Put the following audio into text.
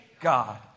God